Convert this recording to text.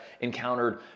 encountered